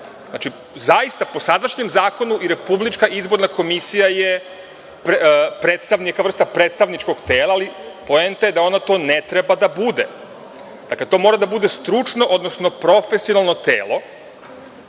zakonom. Znači, po sadašnjem zakonu i Republička izborna komisija je neka vrsta predstavničkog tela, ali poenta je da ona to ne treba da bude. Dakle, to mora da bude stručno, odnosno profesionalno telo